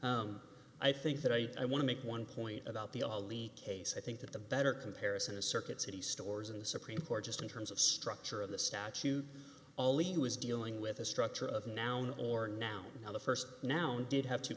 hampering i think that i want to make one point about the all leak case i think that the better comparison a circuit city stores in the supreme court just in terms of structure of the statute only was dealing with a structure of noun or now how the first noun did have two